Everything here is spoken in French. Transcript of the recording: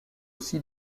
aussi